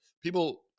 people